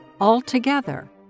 Altogether